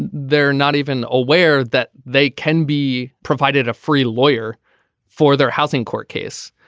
and they're not even aware that they can be provided a free lawyer for their housing court case.